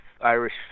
Irish